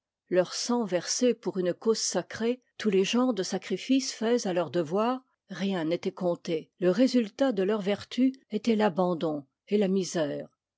leur sang versé pour une cause sacrée tous les genres de sacrifices faits à leur devoir rien n'étoit compté le résultat de leur vertu étoit l'abandon et la misère